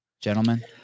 Gentlemen